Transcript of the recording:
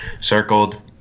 circled